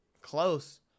close